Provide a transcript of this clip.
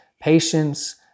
patience